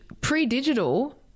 pre-digital